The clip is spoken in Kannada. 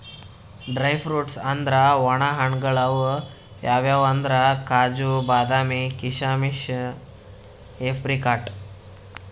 ಡ್ರೈ ಫ್ರುಟ್ಸ್ ಅಂದ್ರ ವಣ ಹಣ್ಣ್ಗಳ್ ಅವ್ ಯಾವ್ಯಾವ್ ಅಂದ್ರ್ ಕಾಜು, ಬಾದಾಮಿ, ಕೀಶಮಿಶ್, ಏಪ್ರಿಕಾಟ್